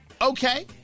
okay